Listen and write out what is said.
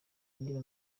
niba